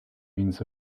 means